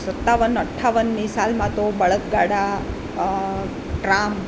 સતાવન અઠાવનની સાલમાં તો બળદ ગાડા ટ્રામ